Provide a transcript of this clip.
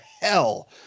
hell